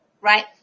right